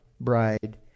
bride